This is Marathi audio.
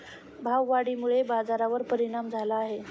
भाववाढीमुळे बाजारावर परिणाम झाला आहे